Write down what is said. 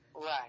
right